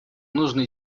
нужно